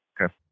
Okay